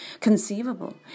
conceivable